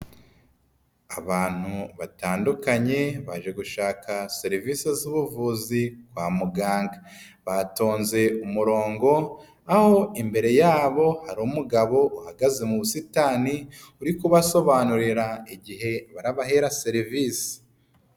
Abantu batandukanye, baje gushaka serivisi z'ubuvuzi kwa muganga, batonze umurongo aho imbere yabo hari umugabo uhagaze mu busitani uri kubasobanurira igihe barabahera serivisi.